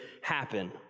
happen